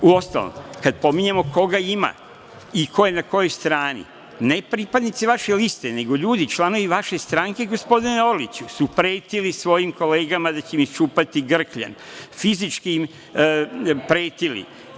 Uostalom, kad pominjemo koga ima i ko je na kojoj strani, ne pripadnici vaše liste, nego ljudi članovi vaše stranke, gospodine Orliću, su pretili svojim kolegama da će im iščupati grkljan, fizički im pretili.